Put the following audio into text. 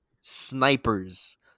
snipers